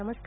नमस्कार